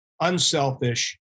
unselfish